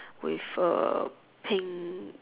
with a pink